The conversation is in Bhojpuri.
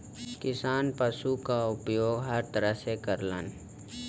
किसान पसु क उपयोग हर तरह से करलन